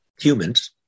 humans